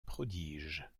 prodige